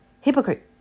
Hypocrite